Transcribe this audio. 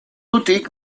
ordutik